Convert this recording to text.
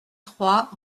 trois